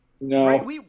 No